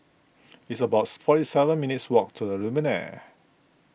it's about forty seven minutes' walk to the Lumiere